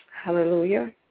Hallelujah